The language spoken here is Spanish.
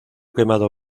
quemado